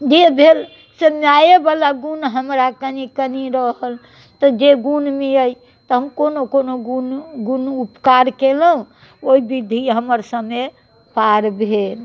जे भेल से माये बला गुण हमरा कनि कनि रहल तऽ जे गुनमे अछि तऽ हम कोनो कोनो गुण गुण उपकार केलहुॅं ओहि विधि हमर समय पार भेल